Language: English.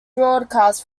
broadcasts